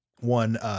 one